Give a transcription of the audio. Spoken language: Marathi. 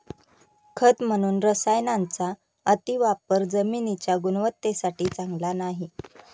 खत म्हणून रसायनांचा अतिवापर जमिनीच्या गुणवत्तेसाठी चांगला नाही